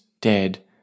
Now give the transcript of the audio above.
dead